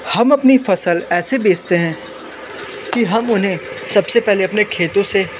हम अपनी फसल ऐसे बेचते हैं कि हम उन्हें सबसे पहले अपने खेतों से